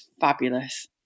fabulous